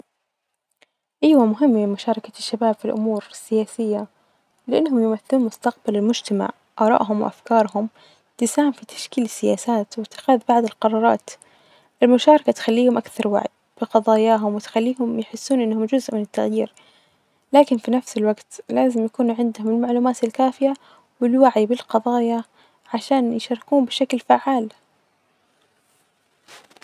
إيوة مهم مشاركة الشباب في الأمور السياسية لأنهم يمثلوا مستقبل المجتمع آراءهم وأفكارهم تساهم في تشكيل سياسات وإتخاذ بعض القرارت، المشاركة تخليهم أكثر وعي بقضاياهم، وتخليهم يحسون أنهم جزء من التغييرلا لكن في نفس الوجت لازم يكون عندهم المعلومات الكافية، والوعي بالقضايا عشان يشاركون بشكل فعال.